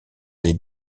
les